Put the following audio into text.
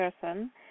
person